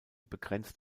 begrenzt